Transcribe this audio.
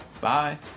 bye